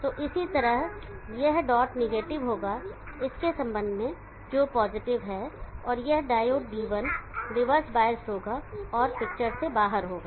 तो इसी तरह यह डॉट नेगेटिव होगा इसके संबंध में जो पॉजिटिव है और यह डायोड D1 रिवर्स बायस्ड होगा और पिक्चर से बाहर होगा